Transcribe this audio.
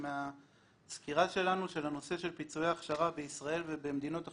מהסקירה של נושא פיצויי ההכשרה בישראל ובמדינות אחרות,